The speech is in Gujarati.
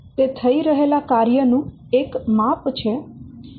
તે થઈ રહેલા કાર્ય નું એક માપ છે